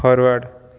forward